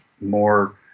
more